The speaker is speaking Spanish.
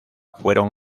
fueron